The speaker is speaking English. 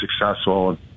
successful